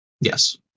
yes